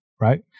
right